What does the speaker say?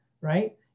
right